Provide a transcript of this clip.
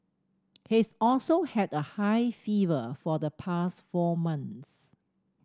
he's also had a high fever for the past four months